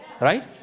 right